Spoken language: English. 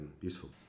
useful